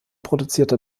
produzierte